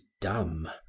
dumb